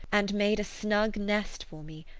and made a snug nest for me,